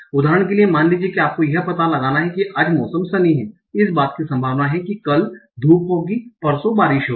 उदाहरण के लिए मान लीजिए कि आपको यह पता लगाना है कि आज मौसम सनी है इस बात की संभावना है कि कल धूप होगी और परसों बारिश होगी